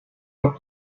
got